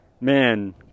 man